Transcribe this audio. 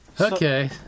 Okay